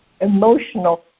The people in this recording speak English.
emotional